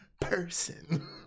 person